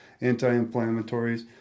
anti-inflammatories